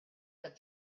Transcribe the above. had